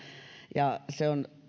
ja se on